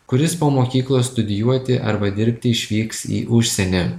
kuris po mokyklos studijuoti arba dirbti išvyks į užsienį